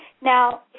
now